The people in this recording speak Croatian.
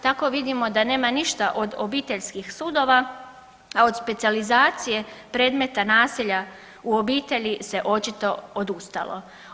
Tako vidimo da nema ništa od obiteljskih sudova, a od specijalizacije predmeta nasilja u obitelji se očito odustalo.